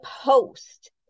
post